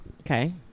Okay